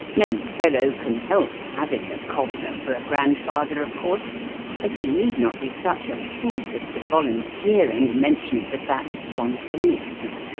no fellow can help having a cobbler for a grandfather, of course but he need not be such a fool as to volunteer any mention of the fact spontaneously.